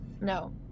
No